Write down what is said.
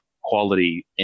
quality